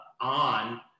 on